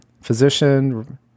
physician